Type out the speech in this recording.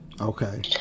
Okay